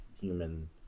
human